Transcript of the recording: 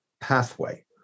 pathway